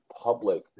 public